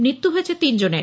মৃত্যু হয়েছে তিন জনের